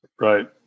Right